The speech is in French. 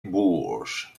bourges